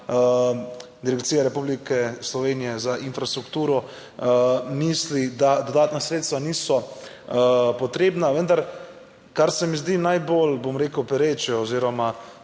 Direkcija Republike Slovenije za infrastrukturo misli, da dodatna sredstva niso potrebna. Vendar kar se mi zdi najbolj, bom rekel, pereče oziroma